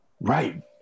right